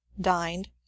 dined